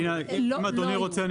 אם אדוני רוצה,